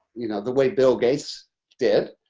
you know the way bill gates did.